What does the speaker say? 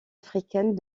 africaines